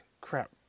Crap